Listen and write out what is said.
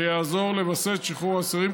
יעזור לווסת את שחרור האסירים,